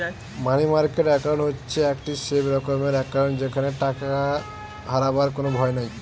মানি market account হচ্ছে একটি safe রকমের একাউন্ট যেখানে টাকা হারাবার কোনো ভয় নাই